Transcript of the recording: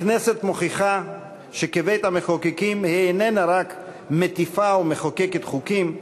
הכנסת מוכיחה שכבית-המחוקקים היא איננה רק מטיפה ומחוקקת חוקים,